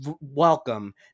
welcome